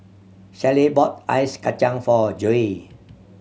Shellie bought ice kacang for Joi